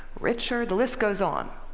richer the list goes on.